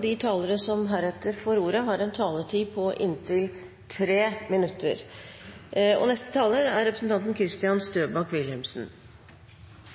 De talere som heretter får ordet, har en taletid på inntil 3 minutter. Siden 1939 har studentene styrt sitt eget velferdstilbud gjennom muligheten til